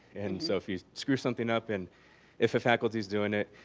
and so if you screw something up, and if a faculty is doing it,